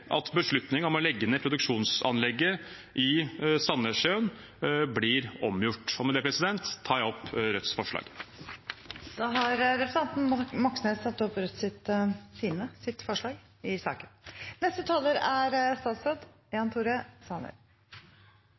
at beslutningen om å legge ned produksjonsanlegget på Strendene i Sandnessjøen blir omgjort.» Med det tar jeg opp Rødts forslag. Representanten Bjørnar Moxnes har tatt opp